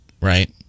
right